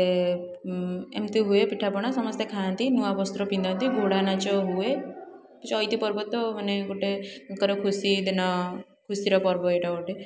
ଏମିତି ହୁଏ ପିଠାପଣା ସମସ୍ତେ ଖାଆନ୍ତି ନୂଆ ବସ୍ତ୍ର ପିନ୍ଧନ୍ତି ଘୋଡ଼ା ନାଚ ହୁଏ ଚଇତି ପର୍ବ ତ ମାନେ ଗୋଟେ ତାଙ୍କର ବି ସେହିଦିନ ଖୁସିର ପର୍ବ ଏଇଟା ଗୋଟେ